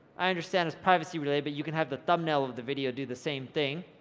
i understand it's privacy related but you can have the thumbnail of the video. do the same thing,